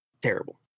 terrible